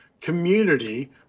community